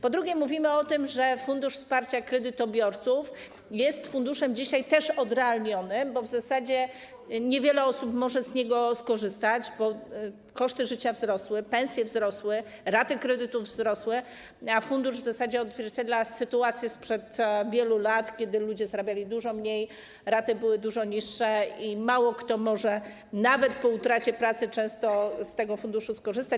Po trzecie, mówimy o tym, że Fundusz Wsparcia Kredytobiorców jest dzisiaj funduszem odrealnionym, bo w zasadzie niewiele osób może z niego skorzystać, bo koszty życia wzrosły, pensje wzrosły, raty kredytów wzrosły, a fundusz w zasadzie odzwierciedla sytuację sprzed wielu lat, kiedy ludzie zarabiali dużo mniej, raty były dużo niższe, i mało kto może nawet po utracie pracy z tego funduszu skorzystać.